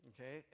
Okay